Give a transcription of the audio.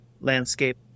Landscape